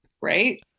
right